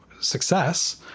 success